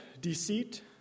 deceit